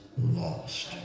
lost